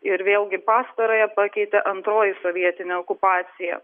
ir vėlgi pastarąją pakeitė antroji sovietinė okupacija